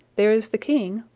there is the king,